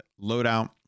loadout